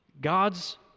God's